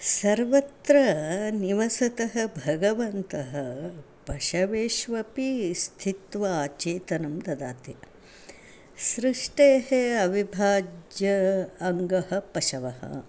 सर्वत्र निवसतः भगवन्तः पशुष्वपि स्थित्वा आचेतनं ददाति सृष्टेः अविभाज्यम् अङ्गं पशवः